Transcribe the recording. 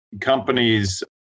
companies